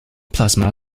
plasma